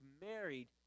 married